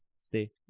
stay